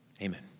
Amen